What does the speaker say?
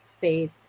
faith